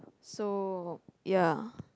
so ya